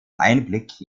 einblick